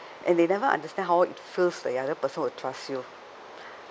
and they never understand how it feels the other person will trust you